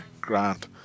Grant